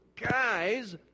guys